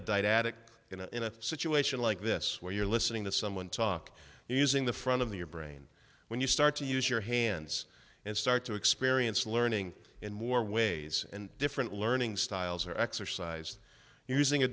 a diet addict in a in a situation like this where you're listening to someone talk using the front of the your brain when you start to use your hands and start to experience learning in more ways and different learning styles or exercise